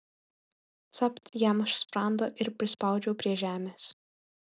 capt jam už sprando ir prispaudžiau prie žemės